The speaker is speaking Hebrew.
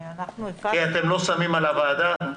כי אתם לא שמים על הוועדה?